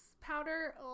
powder